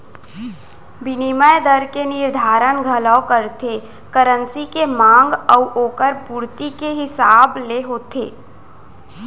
बिनिमय दर के निरधारन घलौ करथे करेंसी के मांग अउ ओकर पुरती के हिसाब ले होथे